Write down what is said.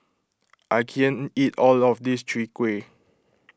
I can't eat all of this Chwee Kueh